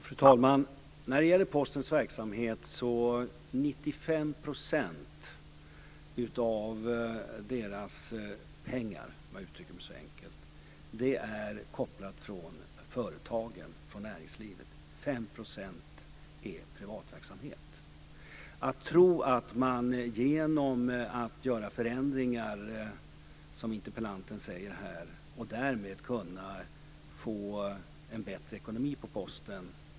Fru talman! När det gäller Postens verksamhet handlar 95 % av pengarna, om jag uttrycker mig så enkelt, om företagen, näringslivet. 5 % handlar om privatverksamhet. Det är inte möjligt att, genom att göra de förändringar som interpellanten säger, få en bättre ekonomi för Posten.